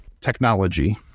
technology